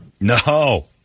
No